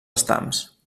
estams